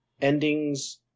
endings